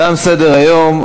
תם סדר-היום.